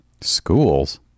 schools